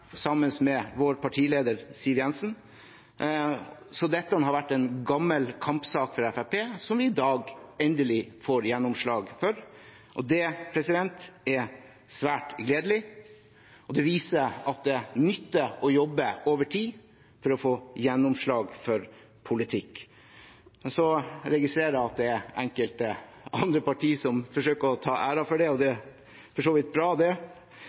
sammen med vår partileder Siv Jensen. Så dette har vært en gammel kampsak for Fremskrittspartiet, som vi i dag endelig får gjennomslag for. Det er svært gledelig, og det viser at det nytter å jobbe over tid for å få gjennomslag for politikk. Så registrerer jeg at det er enkelte andre partier som forsøker å ta æren for det, og det er for så vidt bra, det,